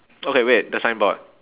okay wait the signboard